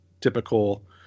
typical